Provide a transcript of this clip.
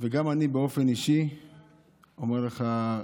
וגם אני באופן אישי אומר לך,